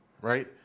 right